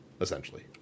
essentially